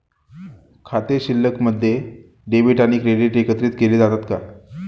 खाते शिल्लकमध्ये डेबिट आणि क्रेडिट एकत्रित केले जातात का?